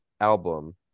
album